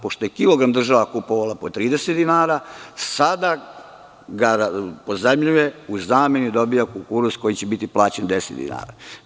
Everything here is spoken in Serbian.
Pošto je kilogram država kupovala po 30 dinara, sada ga pozajmljuje i u zamenu dobija kukuruz koji će biti plaćen 10 dinara.